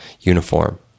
uniform